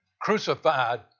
crucified